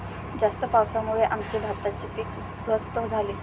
जास्त पावसामुळे आमचे भाताचे पीक उध्वस्त झाले